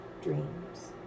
dreams